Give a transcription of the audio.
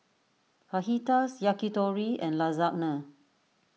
Fajitas Yakitori and Lasagna